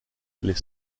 les